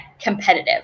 competitive